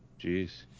Jeez